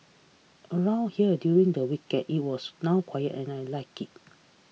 around here during the weekend it was now quiet and I like it